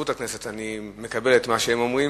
מזכירות הכנסת, אני מקבל את מה שהם אומרים.